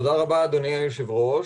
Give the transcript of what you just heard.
תודה רבה, אדוני היו"ר.